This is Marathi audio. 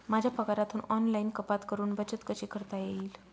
माझ्या पगारातून ऑनलाइन कपात करुन बचत कशी करता येईल?